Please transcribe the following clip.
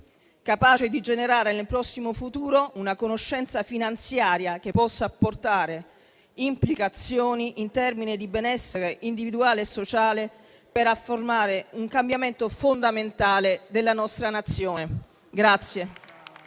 capace di generare nel prossimo futuro una conoscenza finanziaria che possa apportare implicazioni in termini di benessere individuale e sociale per affermare un cambiamento fondamentale della nostra Nazione.